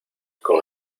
con